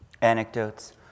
Anecdotes